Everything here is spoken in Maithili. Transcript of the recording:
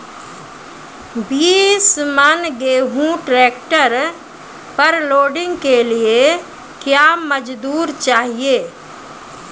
बीस मन गेहूँ ट्रैक्टर पर लोडिंग के लिए क्या मजदूर चाहिए?